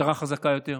משטרה חזקה יותר,